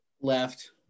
Left